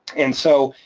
and so,